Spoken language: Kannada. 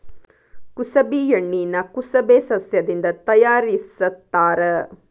ಕುಸಬಿ ಎಣ್ಣಿನಾ ಕುಸಬೆ ಸಸ್ಯದಿಂದ ತಯಾರಿಸತ್ತಾರ